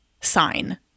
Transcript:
sign